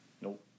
Nope